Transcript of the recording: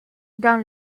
dans